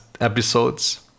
episodes